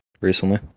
recently